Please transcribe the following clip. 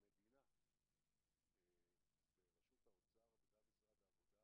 המדינה בראשות האוצר וגם משרד העבודה,